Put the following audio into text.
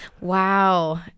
Wow